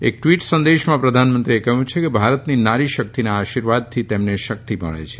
એક ટવીટ સંદેશામાં પ્રધાનમંત્રીએ કહયું છે કે ભારતની નારી શકિતના આર્શીવાદથી તેમને શકિત મળે છે